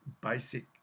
basic